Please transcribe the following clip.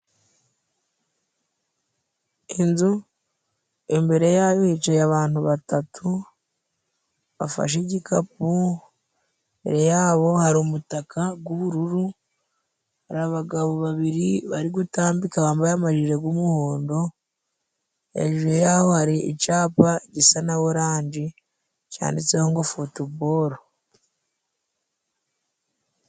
Inzu imbere yayo hicaye abantu batatu bafashe igikapu, imbere yabo hari umutaka w'ubururu, hari abagabo babiri bari gutambika, bambaye amajire y'umuhondo，hejuru yaho hari icyaba gisa na oranje, cyanditseho ngo futuboro.